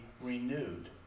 renewed